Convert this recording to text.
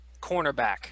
Cornerback